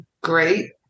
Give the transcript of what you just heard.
great